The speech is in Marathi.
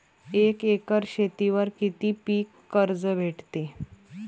एक एकर शेतीवर किती पीक कर्ज भेटते?